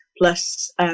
plus